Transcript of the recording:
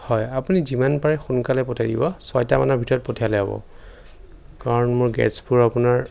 হয় আপুনি যিমান পাৰে সোনকালে পঠিয়াই দিব ছয়টা মানৰ ভিতৰত পঠিয়ালে হ'ব কাৰণ মোৰ গেষ্টবোৰ আপোনাৰ